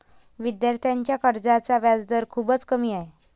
विद्यार्थ्यांच्या कर्जाचा व्याजदर खूपच कमी आहे